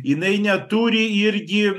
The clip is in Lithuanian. jinai neturi irgi